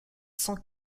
cent